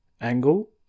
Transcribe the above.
angle